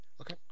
Okay